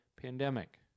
pandemic